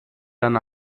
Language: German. dann